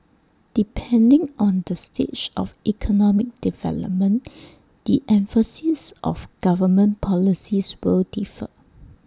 depending on the stage of economic development the emphasis of government policies will differ